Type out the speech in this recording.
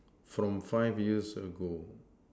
from five years ago